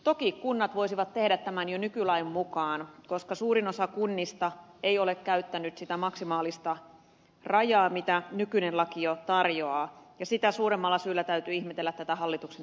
toki kunnat voisivat tehdä tämän jo nykylain mukaan koska suurin osa kunnista ei ole käyttänyt sitä maksimaalista rajaa jonka nykyinen laki jo tarjoaa ja sitä suuremmalla syyllä täytyy ihmetellä tätä hallituksen esitystä